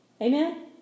Amen